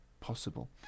possible